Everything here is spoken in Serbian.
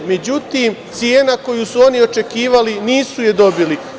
Međutim, cena koju su oni očekivali nisu je dobili.